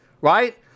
Right